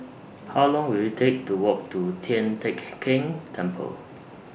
How Long Will IT Take to Walk to Tian Teck Keng Temple